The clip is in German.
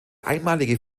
einmalige